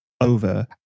over